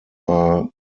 are